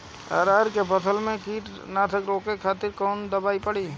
अरहर के फसल में कीड़ा के रोके खातिर कौन दवाई पड़ी?